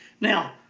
Now